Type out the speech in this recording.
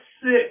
six